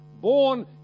born